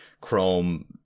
Chrome